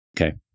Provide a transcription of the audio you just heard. Okay